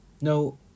No